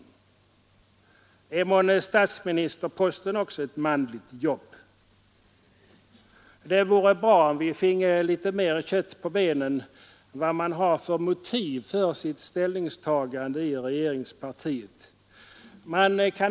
Är månne statsministerposten också ett manligt jobb? Det vore bra om vi fick litet mer kött på benen vad man har för motiv för sitt ställningstagande i regeringspartiet.